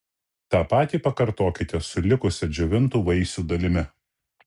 tą patį pakartokite su likusia džiovintų vaisių dalimi